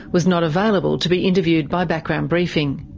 was not available to be interviewed by background briefing.